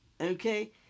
okay